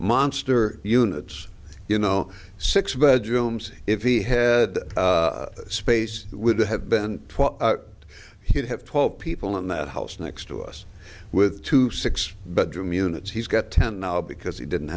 monster units you know six bedrooms if he had space would have been twelve he'd have twelve people in that house next to us with two six bedroom units he's got ten now because he didn't